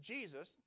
Jesus